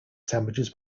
sandwiches